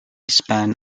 span